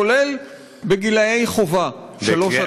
כולל לגילאי חובה: שלוש עד חמש.